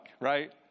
right